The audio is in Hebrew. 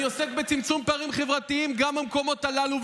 אני עוסק בצמצום פערים חברתיים גם במקומות הללו,